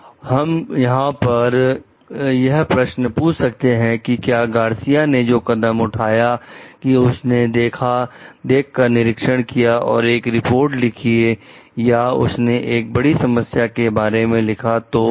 तो हम यहां पर यह प्रश्न पूछ सकते हैं कि क्या गार्सिया ने जो कदम उठाया कि उसने देख कर निरीक्षण किया और एक रिपोर्ट लिखिए या उसने एक बड़ी समस्या के बारे में लिखा